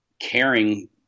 caring